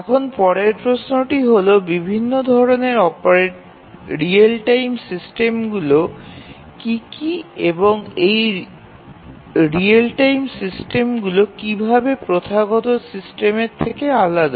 এখন পরের প্রশ্নটি হল বিভিন্ন ধরণের রিয়েল টাইম সিস্টেমগুলি কী কী এবং এই রিয়েল টাইম সিস্টেমগুলি কীভাবে প্রথাগত সিস্টেম থেকে আলাদা